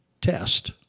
test